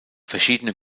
verschiedene